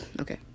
Okay